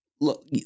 Look